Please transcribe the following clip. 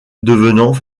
devenant